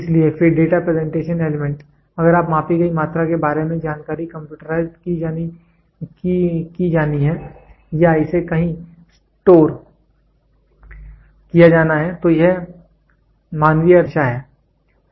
इसलिए फिर data presentation element अगर मापी गई मात्रा के बारे में जानकारी कंप्यूटराइज्ड की जानी है या इसे कहीं स्टोर किया जाना है तो यह मानवीय अर्थ के लिए हमेशा है